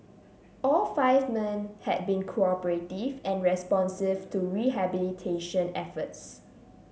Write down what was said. all five men had been cooperative and responsive to rehabilitation efforts